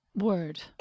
Word